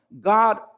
God